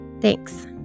Thanks